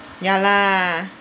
ya lah